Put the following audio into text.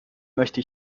möchte